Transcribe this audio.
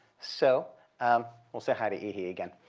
so um we'll say hi to ihi again.